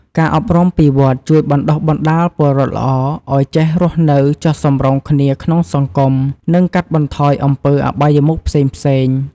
ការអប់រំពីវត្តជួយបណ្ដុះបណ្ដាលពលរដ្ឋល្អឲ្យចេះរស់នៅចុះសម្រុងគ្នាក្នុងសង្គម និងកាត់បន្ថយអំពើអបាយមុខផ្សេងៗ។